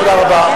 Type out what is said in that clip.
תודה רבה.